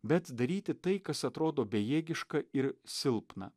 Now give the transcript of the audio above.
bet daryti tai kas atrodo bejėgiška ir silpna